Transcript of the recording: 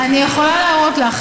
אני יכולה להראות לך.